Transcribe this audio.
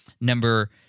Number